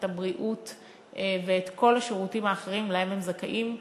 את הבריאות ואת כל השירותים האחרים שהם זכאים להם,